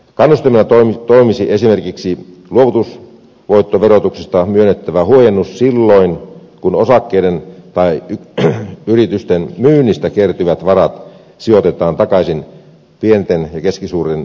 kannustimena toimisi esimerkiksi luovutusvoittoverotuksesta myönnettävä huojennus silloin kun osakkeiden tai yritysten myynnistä kertyvät varat sijoitetaan takaisin pienten ja keskisuurten yritysten toimintaan